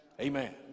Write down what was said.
Amen